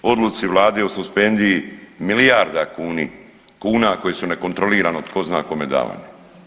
Odluci Vlade o suspenziji milijarda kuna koje su nekontrolirano tko zna kome davani.